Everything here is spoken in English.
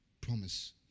promise